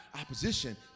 opposition